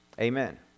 Amen